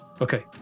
Okay